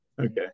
Okay